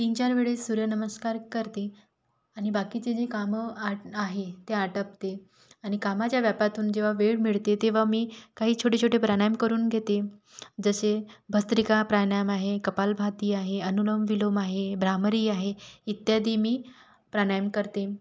तीन चार वेळेस सूर्यनमस्कार करते आणि बाकीचे जे कामं आत् आहे ते आटपते आणि कामाच्या व्यापातून जेव्हा वेळ मिळते तेव्हां मी काही छोटे छोटे प्राणायाम करून घेते जसे भस्त्रिका प्राणायाम आहे कपालभाती आहे अनुलोम विलोम आहे भ्रामरी आहे इत्यादी मी प्राणायाम करते